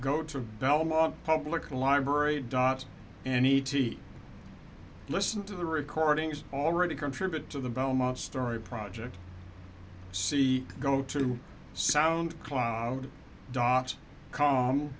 go to belmont public library dot any t listen to the recordings already contribute to the belmont story project c go to sound cloud dot com